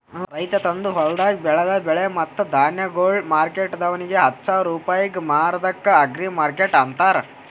ರೈತ ತಂದು ಹೊಲ್ದಾಗ್ ಬೆಳದ ಬೆಳೆ ಮತ್ತ ಧಾನ್ಯಗೊಳ್ ಮಾರ್ಕೆಟ್ದವನಿಗ್ ಹಚ್ಚಾ ರೂಪಾಯಿಗ್ ಮಾರದ್ಕ ಅಗ್ರಿಮಾರ್ಕೆಟ್ ಅಂತಾರ